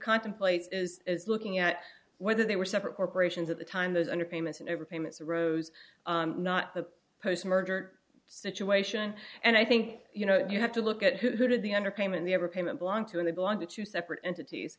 contemplates is looking at whether they were separate corporations at the time those under payments and over payments rose not the post murder situation and i think you know you have to look at who did the underpayment the overpayment belong to and they belong to two separate entities